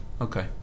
Okay